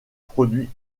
produits